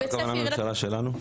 מה זה אומר הממשלה שלנו?